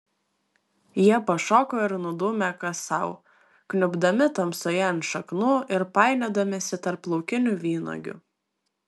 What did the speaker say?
jie pašoko ir nudūmė kas sau kniubdami tamsoje ant šaknų ir painiodamiesi tarp laukinių vynuogių